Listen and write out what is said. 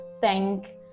thank